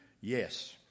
Yes